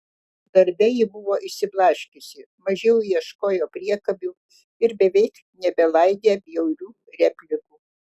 darbe ji buvo išsiblaškiusi mažiau ieškojo priekabių ir beveik nebelaidė bjaurių replikų